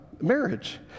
marriage